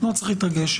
לא צריך להתרגש,